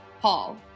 Paul